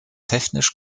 technisch